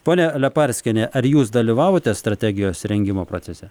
pole leparskiene ar jūs dalyvavote strategijos rengimo procese